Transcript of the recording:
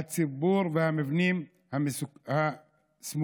הציבור והמבנים הסמוכים.